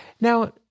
Now